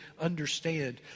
understand